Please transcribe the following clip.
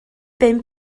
bum